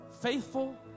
Faithful